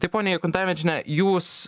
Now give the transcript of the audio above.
tai ponia jakuntavičiene jūs